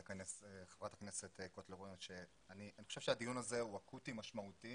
אני חושב שהדיון הזה הוא אקוטי, משמעותי